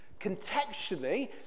Contextually